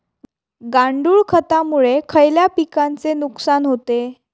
गांडूळ खतामुळे खयल्या पिकांचे नुकसान होते?